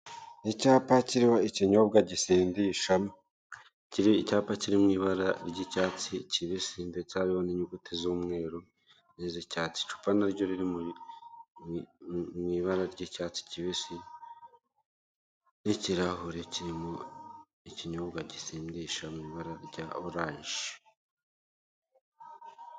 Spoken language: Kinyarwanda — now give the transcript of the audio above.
Icyapa kirimo ikinyobwa gisindisha, kiri icyapa kiri mu ibara ry'icyatsi kibisi ndetse n'inyuguti z'umweru n'izicyatsi, icupa na ryo riri mu ibara ry'icyatsi kibisi n'ikirahure kirimo ikinyobwa gisindisha mu ibara rya orange.